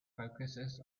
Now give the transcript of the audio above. focuses